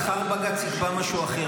מחר בג"ץ יקבע משהו אחר.